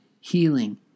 healing